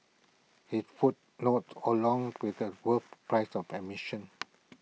his footnotes alone with A worth price of admission